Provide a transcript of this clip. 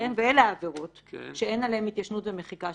ואלה העבירות שאין עליהן התיישנות ומחיקה,